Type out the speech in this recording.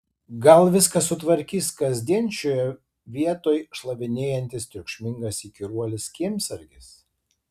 gal viską sutvarkys kasdien šioje vietoj šlavinėjantis triukšmingas įkyruolis kiemsargis